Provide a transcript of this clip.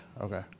okay